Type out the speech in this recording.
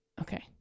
Okay